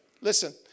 Listen